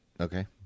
Okay